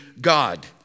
God